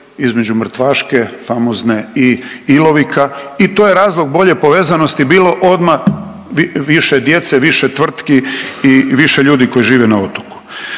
između Mrtvaške famozne i Ilovika i to je razlog bolje povezanosti bilo odmah više djece, više tvrtki i više ljudi koji žive na otoku.